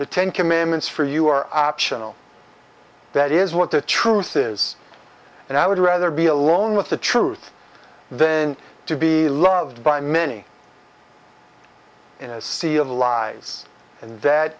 the ten commandments for you are optional that is what the truth is and i would rather be alone with the truth then to be loved by many in a sea of lies and that